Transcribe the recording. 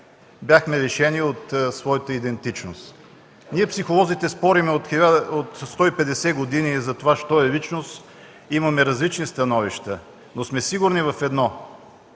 бяхме лишени от своята идентичност. Ние, психолозите, спорим от 150 години що е личност и имаме различни становища, но сме сигурни в едно